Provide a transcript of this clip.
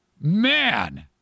Man